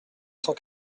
cent